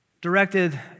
directed